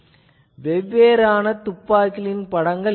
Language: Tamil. இவை வெவ்வேறான துப்பாக்கிகளின் படங்கள்